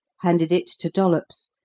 handed it to dollops,